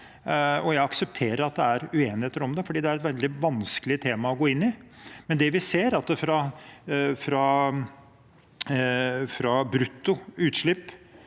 jeg aksepterer at det er uenighet om det fordi det er et veldig vanskelig tema å gå inn i, men vi ser at fra brutto utslipp